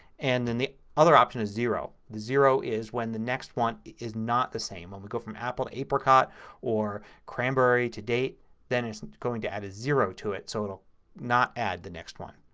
and then the other option is zero. the zero is when the next one is not the same. when we go from apple to apricot or cranberry to date then it's going to add a zero to it so it will not add the next one.